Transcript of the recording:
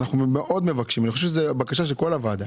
אנחנו מבקשים מאוד אני חושב שזו בקשה של כל הוועדה